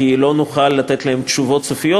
כי לא נוכל לתת להן תשובות סופיות,